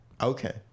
Okay